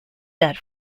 that